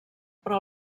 però